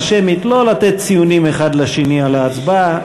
שמית לא לתת ציונים אחד לשני על ההצבעה.